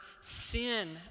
sin